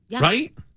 Right